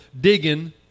digging